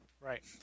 Right